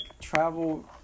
travel